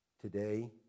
today